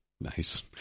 Nice